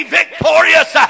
victorious